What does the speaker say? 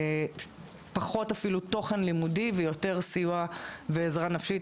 פחות תוכן לימודי ויותר סיוע ועזרה נפשית.